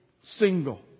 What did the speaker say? single